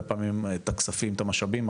פעמים להעביר את הכספים והמשאבים שלו,